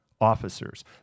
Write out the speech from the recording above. officers